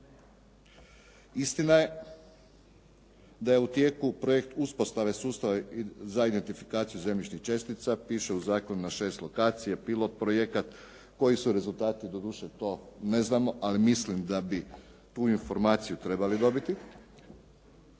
Istina je da je u tijeku projekt uspostave sustava za identifikaciju zemljišnih čestica piše u zakonu na 6 lokacija, pilot projekat. Koji su rezultati doduše to ne znamo ali mislim da bi tu informaciju trebali dobiti